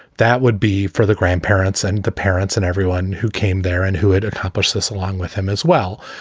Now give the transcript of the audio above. that would be for the grandparents and the parents and everyone who came there and who had accomplished this along with him as well.